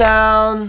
Town